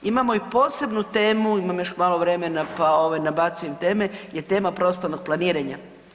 Imamo i posebnu temu, imam još malo vremena pa nabacujem teme je tema prostornog planiranja.